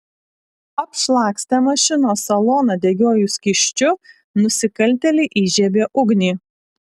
apšlakstę mašinos saloną degiuoju skysčiu nusikaltėliai įžiebė ugnį